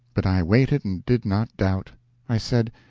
but i waited and did not doubt i said,